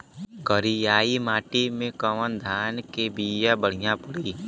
करियाई माटी मे कवन धान के बिया बढ़ियां पड़ी?